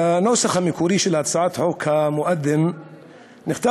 בנוסח המקורי של הצעת חוק המואזין נכתב